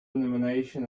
nomination